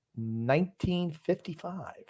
1955